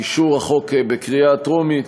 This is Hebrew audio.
באישור החוק בקריאה הטרומית,